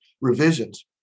revisions